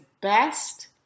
best